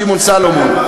שמעון סולומון,